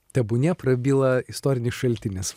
tebūnie prabyla istorinis šaltinis